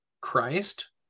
Christ